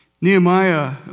Nehemiah